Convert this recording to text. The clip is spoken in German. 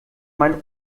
mein